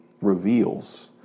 reveals